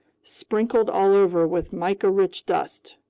sprinkled all over with mica-rich dust.